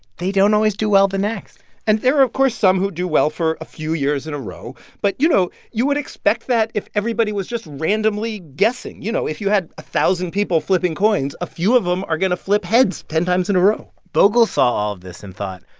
they don't always do well the next and there are, of course, some who do well for a few years in a row. but, you know, you would expect that if everybody was just randomly guessing. you know, if you had one thousand people flipping coins, a few of them are going to flip heads ten times in row bogle saw all of this and thought,